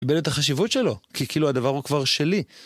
מאבד את החשיבות שלו. כי, כאילו, הדבר הוא כבר שלי.